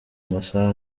amasaha